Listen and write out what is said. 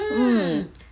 mm